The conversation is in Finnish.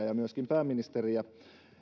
ja myöskin pääministeriä siitä